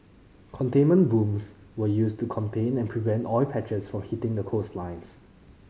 containment booms were used to contain and prevent oil patches from hitting the coastlines